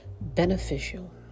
beneficial